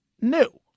new